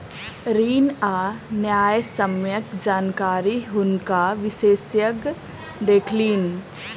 ऋण आ न्यायसम्यक जानकारी हुनका विशेषज्ञ देलखिन